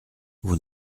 vous